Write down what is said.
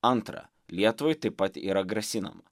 antra lietuvai taip pat yra grasinama